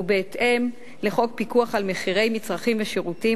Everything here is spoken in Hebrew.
ובהתאם לחוק פיקוח על מחירי מצרכים ושירותים,